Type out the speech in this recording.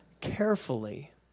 carefully